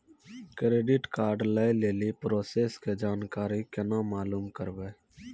Credit card लय लेली process के जानकारी केना मालूम करबै?